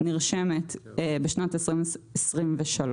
נרשמת בשנת 2023,